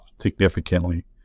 significantly